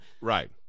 Right